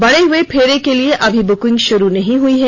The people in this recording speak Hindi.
बढ़े हुए फेरे के लिए अभी बुकिंग शुरू नहीं हई है